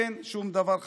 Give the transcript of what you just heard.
אין שום דבר חשוב.